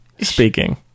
speaking